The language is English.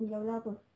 ular ular apa